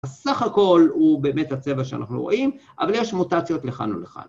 סך הכל הוא באמת הצבע שאנחנו רואים, אבל יש מוטציות לכאן ולכאן.